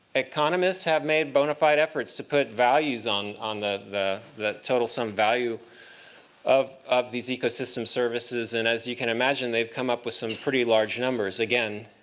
economists have made bonafide efforts to put values on on the the total sum value of of these ecosystem services. and as you can imagine, they've come up with some pretty large numbers. again,